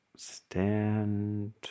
Stand